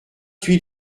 huit